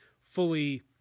fully